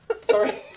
sorry